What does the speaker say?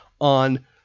on